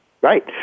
Right